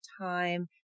time